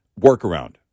workaround